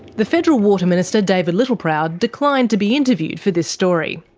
the federal water minister david littleproud declined to be interviewed for this story.